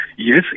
Yes